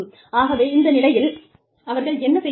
ஆகவே இந்த நிலையில் அவர்கள் என்ன செய்வார்கள்